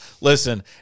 Listen